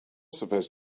supposed